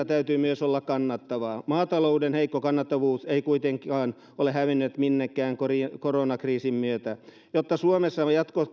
täytyy myös olla kannattavaa maatalouden heikko kannattavuus ei kuitenkaan ole hävinnyt minnekään koronakriisin myötä jotta suomessa